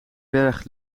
berg